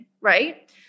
Right